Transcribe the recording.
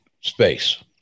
space